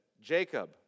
Jacob